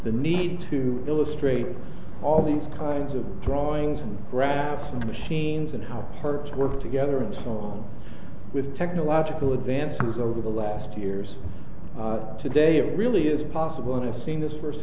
the need to illustrate all these kinds of drawings and graphs and machines and how her work together and with technological advances over the last years today really is possible and i've seen this first